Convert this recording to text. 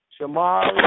Shamari